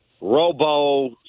robo